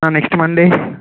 ah next Monday